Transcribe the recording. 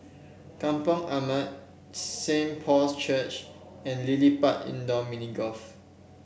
Kampong Ampat Saint Paul's Church and LilliPutt Indoor Mini Golf